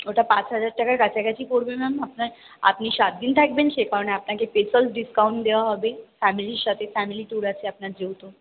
ওটা পাঁচ হাজার টাকার কাছাকাছি পড়বে ম্যাম আপনার আপনি সাতদিন থাকবেন সেই কারণে আপনাকে স্পেশাল ডিসকাউন্ট দেওয়া হবে ফ্যামিলির সাথে ফ্যামিলি ট্যুর আছে আপনার যেহেতু